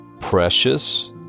precious